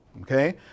okay